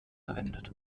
verwendet